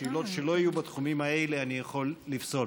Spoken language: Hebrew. שאלות שלא יהיו בתחומים האלה אני יכול לפסול.